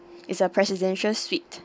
is a presidential suite